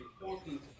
important